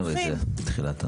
העלינו את זה בהתחלה.